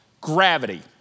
Gravity